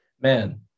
Man